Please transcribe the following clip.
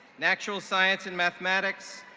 natural science and mathematics,